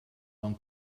don